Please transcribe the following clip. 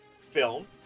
film